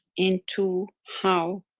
into how